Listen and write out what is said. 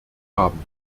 haben